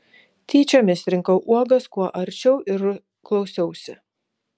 tyčiomis rinkau uogas kuo arčiau ir klausiausi